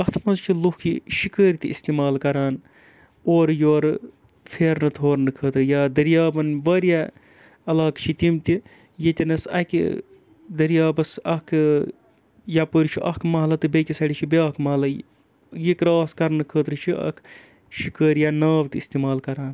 اَتھ مَنٛز چھِ لُکھ یہِ شِکٲرۍ تہِ استعمال کَران اورٕ یورٕ پھیرنہٕ تھورنہٕ خٲطرٕ یا دٔریابَن واریاہ علاقہٕ چھِ تِم تہِ ییٚتٮ۪نَس اَکہِ دٔریابَس اَکھ یَپٲرۍ چھُ اَکھ محلہٕ تہٕ بیٚکہِ سایڈٕ چھِ بیٛاکھ مَحلٕے یہِ کرٛاس کَرنہٕ خٲطرٕ چھِ اَکھ شِکٲرۍ یا ناو تہِ استعمال کَران